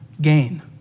gain